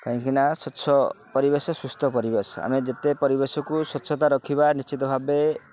କାହିଁକିନା ସ୍ୱଚ୍ଛ ପରିବେଶ ସୁସ୍ଥ ପରିବେଶ ଆମେ ଯେତେ ପରିବେଶକୁ ସ୍ୱଚ୍ଛତା ରଖିବା ନିଶ୍ଚିତ ଭାବେ